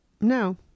No